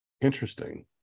Interesting